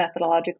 methodologically